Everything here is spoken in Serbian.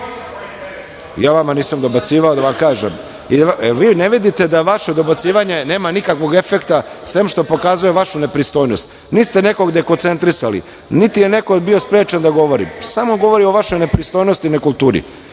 vama nisam dobacivao i da vam kažem, jel vi ne vidite da vaše dobacivanje nema nikakvog efekta osim što pokazuje vašu nepristojnost. Niti ste nekog dekoncentrisali, niti je neko bio sprečen da govori, samo govori o vašoj nepristojnosti i nekulturi.